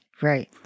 Right